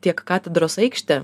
tiek katedros aikštę